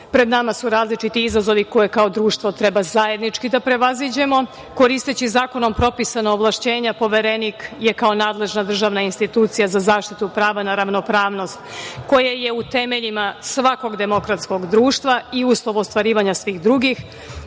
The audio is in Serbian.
pred nama su različiti izazovi koje kao društvo treba zajednički da prevaziđemo. Koristeći zakonom propisana ovlašćenja, Poverenik je kao nadležna državna institucija za zaštitu prava na ravnopravnost koja je u temeljima svakog demokratskog društva i uslov ostvarivanja svih drugih